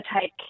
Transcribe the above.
take